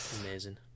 Amazing